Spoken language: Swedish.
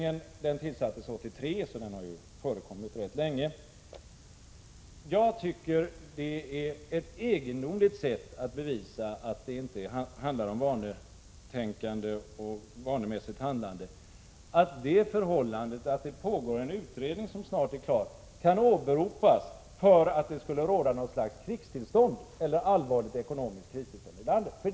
Denna utredning tillsattes 1983 och har alltså arbetat rätt länge. Det är ett egendomligt sätt att försöka bevisa att det inte handlar om vanetänkande och vanemässigt handlande att med åberopande av att det pågår en utredning som snart är klar påstå att det skulle råda något slags krigstillstånd eller allvarligt ekonomiskt kristillstånd i landet.